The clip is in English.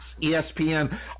ESPN